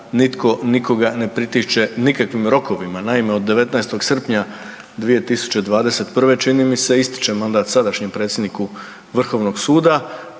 nikoga ne pritišće nikakvim rokovima. Naime, od 19. srpnja 2021. čini mi se ističe mandat sadašnjem predsjedniku Vrhovnog suda,